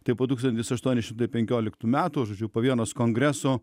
tai po tūkstantis aštuoni šimtai penkioliktų metų žodžiu po vienos kongreso